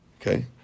Okay